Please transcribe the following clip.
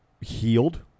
healed